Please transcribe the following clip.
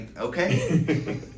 okay